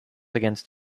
against